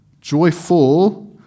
joyful